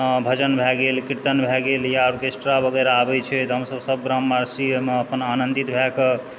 भजन भए गेल कीर्तन भए गेल या आर्केस्ट्रा वगैरह आबैत छै तऽ हमसभ सभ ग्रामवासी ओहिमे अपन आनन्दित भएके